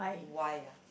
why ah